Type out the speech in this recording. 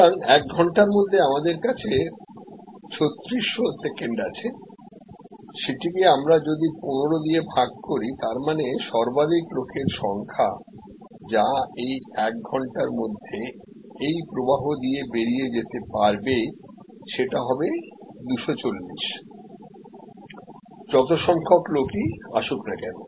সুতরাং এক ঘণ্টার মধ্যে আমাদের কাছে 3600 সেকেন্ড আছে সেটিকে আমরা যদি 15 দিয়ে ভাগ করি তার মানে সর্বাধিক লোকের সংখ্যা যা এই এক ঘণ্টার মধ্যে এই প্রবাহ দিয়ে বেরিয়ে যেতে পারবে সেটা হবে 240 যত সংখ্যক লোকই আসুক না কেন